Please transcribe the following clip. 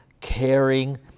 caring